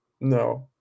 no